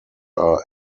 are